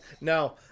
No